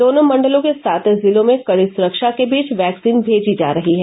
दोनों मंडलों के सात जिलों में कई सुरक्षा के बीच वैक्सीन भेजी जा रही है